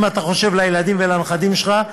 אם אתה חושב על הילדים והנכדים שלך,